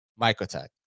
microtech